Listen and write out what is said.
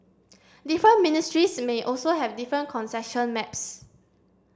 different ministries may also have different concession maps